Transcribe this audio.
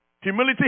Humility